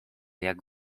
jak